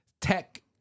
tech